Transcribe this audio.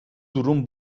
durum